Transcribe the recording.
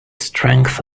strength